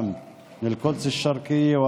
ירושלים,